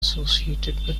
associated